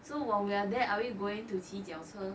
so while we are there are we going to 骑脚车